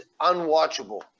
unwatchable